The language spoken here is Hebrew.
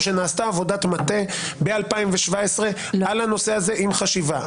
או שנעשתה עבודת מטה ב-2017 על הנושא הזה עם חשיבה?